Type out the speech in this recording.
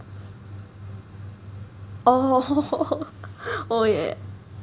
oh yeah